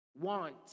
Want